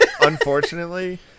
unfortunately